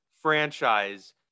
franchise